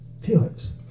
Felix